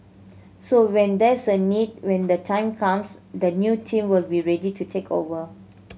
so when there's a need when the time comes the new team will be ready to take over